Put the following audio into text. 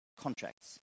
contracts